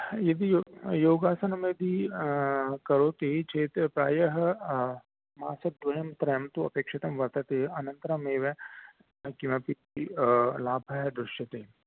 यदि यो योगासनं यदि करोति चेत् प्रायः मासद्वयं त्रयं तु अपेक्षितं वर्तते अनन्तरमेव किमपि लाभः दृश्यते